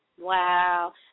Wow